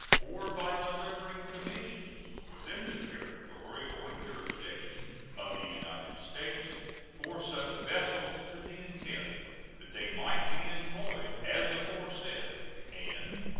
or by delivering commissions within the territory or jurisdiction of the united states for such vessels to the intent that they might be employed as aforesaid and